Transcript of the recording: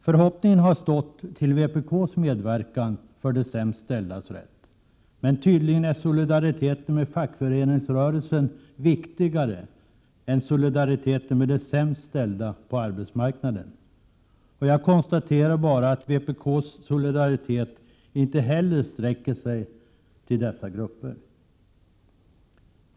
Förhoppningen har stått till vpk:s medverkan för de sämst ställdas rätt, men tydligen är solidariteten med fackföreningsrörelsen viktigare än solidariteten med de sämst ställda på arbetsmarknaden. Jag konstaterar bara att vpk:s solidaritet inte heller sträcker sig till dessa grupper.